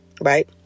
Right